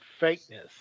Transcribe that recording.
fakeness